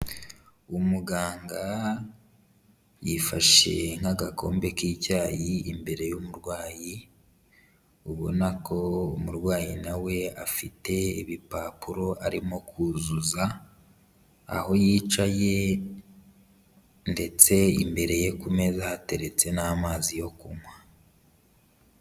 Umuganga yifashe nk'agakombe k'icyayi imbere y'umurwayi, ubona ko umurwayi na we afite ibipapuro arimo kuzuza, aho yicaye ndetse imbere ye ku meza hateretse n'amazi yo kunywa.